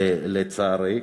לצערי.